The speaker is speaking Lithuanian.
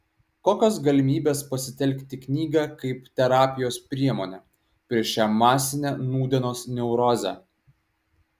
kokios galimybės pasitelkti knygą kaip terapijos priemonę prieš šią masinę nūdienos neurozę